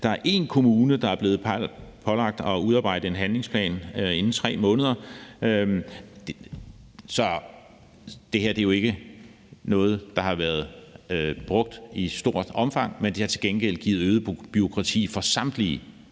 Der er én kommune, der er blevet pålagt at udarbejde en handlingsplan inden 3 måneder. Så det her er jo ikke noget, der har været brugt i stort omfang, men det har til gengæld givet øget bureaukrati for samtlige